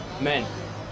Men